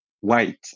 white